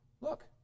look